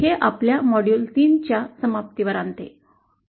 हे आपल्याला मॉड्यूल 3 च्या समाप्तीवर आणते